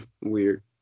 Weird